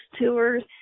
tours